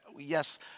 Yes